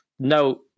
No